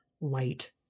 light